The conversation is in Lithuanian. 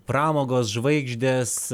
pramogos žvaigždės